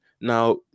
Now